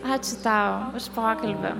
ačiū tau už pokalbį